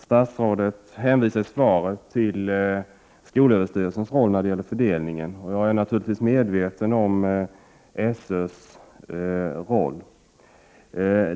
Statsrådet hänvisar i svaret till skolöverstyrelsens roll när det gäller fördelningen. Jag är naturligtvis medveten om skolöverstyrelsens roll.